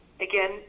again